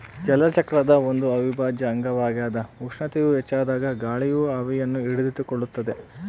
ಜಲಚಕ್ರದ ಒಂದು ಅವಿಭಾಜ್ಯ ಅಂಗವಾಗ್ಯದ ಉಷ್ಣತೆಯು ಹೆಚ್ಚಾದಾಗ ಗಾಳಿಯು ಆವಿಯನ್ನು ಹಿಡಿದಿಟ್ಟುಕೊಳ್ಳುತ್ತದ